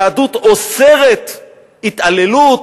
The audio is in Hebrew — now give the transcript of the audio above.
היהדות אוסרת התעללות